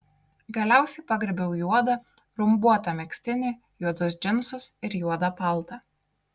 galiausiai pagriebiau juodą rumbuotą megztinį juodus džinsus ir juodą paltą